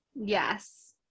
yes